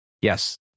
yes